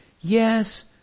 Yes